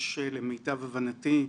יש, למיטב הבנתי,